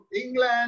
England